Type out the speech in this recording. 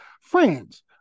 Friends